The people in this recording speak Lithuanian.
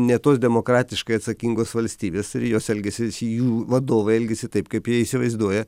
ne tos demokratiškai atsakingos valstybės ir jos elgesys jų vadovai elgiasi taip kaip jie įsivaizduoja